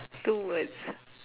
two words